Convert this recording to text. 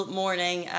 morning